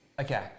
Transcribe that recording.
Okay